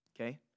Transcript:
okay